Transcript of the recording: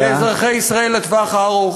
לאזרחי ישראל לטווח הארוך.